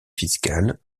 fiscale